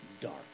dark